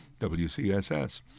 WCSS